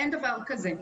אין דבר כזה.